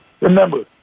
Remember